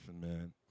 man